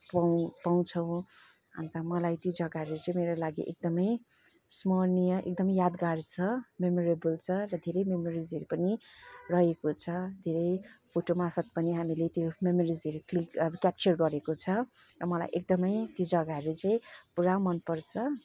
पाउँ पाउँछौँ अन्त मलाई त्यो जग्गाहरू चाहिँ मेरो लागि एकदमै स्मरणीय एकदम यादगार छ मेमोरेबल छ र धेरै मेमोरिजहरू पनि रहेको छ धेरै त्यो फोटो मार्फत् पनि हामीले त्यो मेमोरिजहरू क्लिक अब क्यापचर गरेको छ र मलाई एकदमै त्यो जग्गाहरू चाहिँ पुरा मनपर्छ